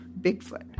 Bigfoot